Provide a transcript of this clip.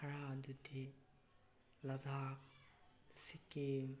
ꯈꯔ ꯑꯗꯨꯗꯤ ꯂꯗꯥꯛ ꯁꯤꯀꯤꯝ